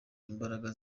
imbaraga